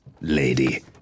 Lady